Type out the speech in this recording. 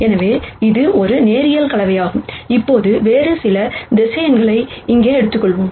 எனவே இது ஒரு லீனியர் காம்பினேஷன் இப்போது வேறு சில வெக்டர்ஸ் இங்கே எடுத்துக்கொள்வோம்